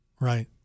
right